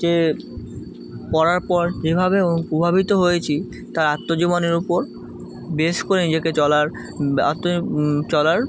যে পড়ার পর কীভাবে হো প্রভাবিত হয়েছি তার আত্মজীবনের ওপর বেস করে নিজেকে চলার আত্ম চলার